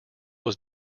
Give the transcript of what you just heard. was